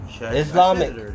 islamic